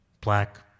black